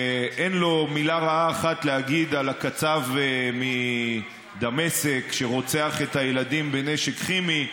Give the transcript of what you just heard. שאין לו מילה רעה אחת להגיד על הקצב מדמשק שרוצח את הילדים בנשק כימי,